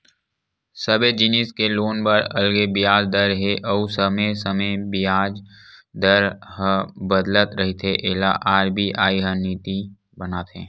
सबे जिनिस के लोन बर अलगे बियाज दर हे अउ समे समे बियाज दर ह बदलत रहिथे एला आर.बी.आई ह नीति बनाथे